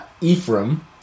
Ephraim